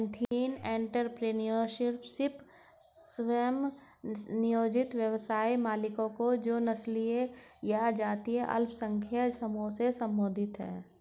ethnic entrepreneurship, स्व नियोजित व्यवसाय मालिकों जो नस्लीय या जातीय अल्पसंख्यक समूहों से संबंधित हैं